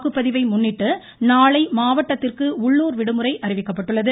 வாக்குப்பதிவை முன்னிட்டு நாளை மாவட்டத்திற்கு உள்ளுர் விடுமுறை அறிவிக்கப்பட்டுள்ளது